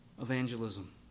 evangelism